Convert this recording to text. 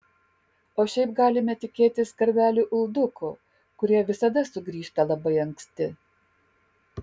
o šiaip galime tikėtis karvelių uldukų kurie visada sugrįžta labai anksti